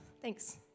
Thanks